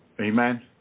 amen